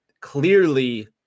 clearly